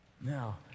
Now